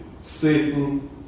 Satan